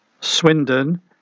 Swindon